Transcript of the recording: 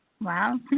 Wow